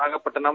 Nagapattinam